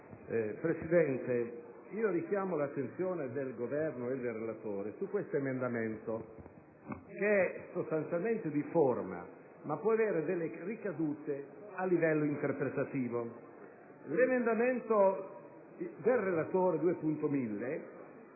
Presidente, richiamo l'attenzione del Governo e del relatore su questo emendamento, che è sostanzialmente di forma, ma che può avere delle ricadute a livello interpretativo. L'emendamento 2.1000 del relatore,